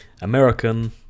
American